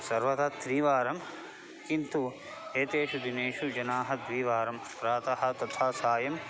सर्वदा त्रिवारं किन्तु एतेषु दिनेषु जनाः द्विवारं प्रातः तथा सायं